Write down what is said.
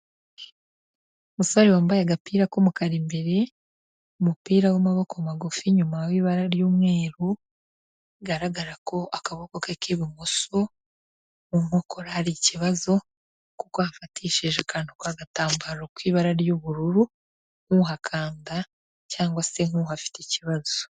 Umusore wambaye agapira k'umukara imbere, umupira w'amaboko magufi inyuma w'ibara ry'umweru, bigaragara ko akaboko ke k'ibumoso mu nkokora hari ikibazo, kuko ahafatishije akantu k'agatambaro k'ibara ry'ubururu, nk'uhakanda cyangwase nk'uhafite ikibazo.